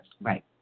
Right